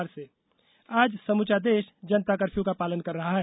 जनता curfew आज समूचा देश जनता कर्फ्यू का पालन कर रहा है